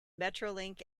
metrolink